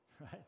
right